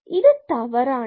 இது தவறானது